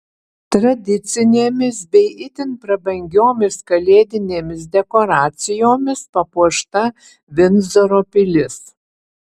tradicinėmis bei itin prabangiomis kalėdinėmis dekoracijomis papuošta vindzoro pilis